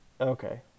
okay